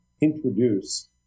introduce